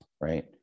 right